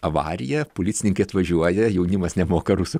avarija policininkai atvažiuoja jaunimas nemoka rusų